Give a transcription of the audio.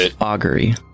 augury